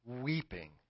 weeping